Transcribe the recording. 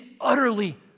utterly